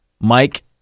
Mike